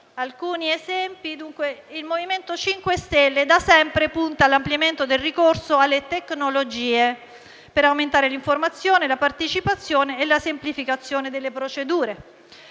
Alcuni esempi. Il MoVimento 5 Stelle da sempre punta all'ampliamento del ricorso alle tecnologie, per aumentare l'informazione, la partecipazione e la semplificazione delle procedure.